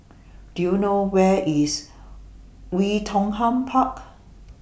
Do YOU know Where IS Oei Tiong Ham Park